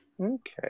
Okay